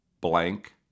blank